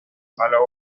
palo